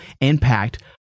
impact